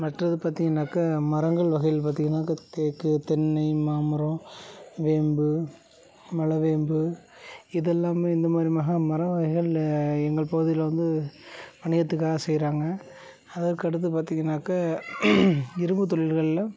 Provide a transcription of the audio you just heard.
மற்றது பார்த்தீங்கன்னாக்கா மரங்கள் வகைகள் பார்த்தீங்கன்னாக்கா தேக்கு தென்னை மாமரம் வேம்பு மலை வேம்பு இதெல்லாமே இந்த மாதிரி மர மர வகைகள் எங்கள் பகுதியில் வந்து வணிகத்துக்காக செய்கிறாங்க அதற்கடுத்து பார்த்தீங்கன்னாக்கா இரும்புத் தொழில்களில்